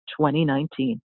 2019